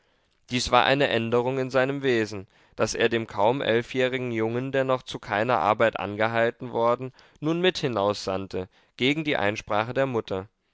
dies war eine änderung in seinem wesen daß er den kaum elfjährigen jungen der noch zu keiner arbeit angehalten worden nun mit hinaussandte gegen die einsprache der mutter